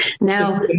Now